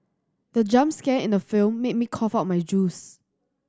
the jump scare in the film made me cough out my juice